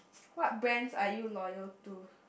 what brands are you loyal to